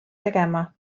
tegema